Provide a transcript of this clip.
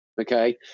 okay